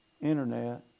internet